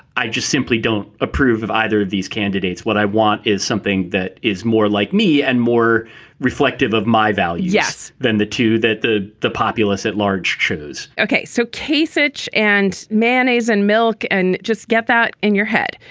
i just simply don't approve of either of these candidates what i want is something that is more like me and more reflective of my values. yes. than the two that the the populace at large choose okay. so case rich and mannies and milk and just get that in your head.